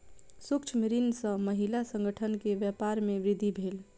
सूक्ष्म ऋण सॅ महिला संगठन के व्यापार में वृद्धि भेल